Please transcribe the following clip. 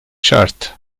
şart